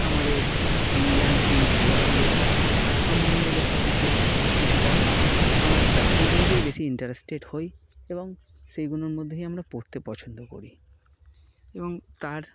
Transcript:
আমাদের Indian team খেলোয়াড়দের তার সম্বন্ধে লেখা বিশেষ কিছু কথা আমরা সেইগুলোতেই বেশি ইন্টারেস্টেড হই এবং সেইগুলোর মধ্যেই আমরা পড়তে পছন্দ করি এবং তার